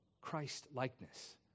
Christ-likeness